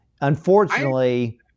Unfortunately